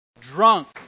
drunk